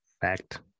fact